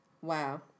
Wow